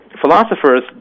philosophers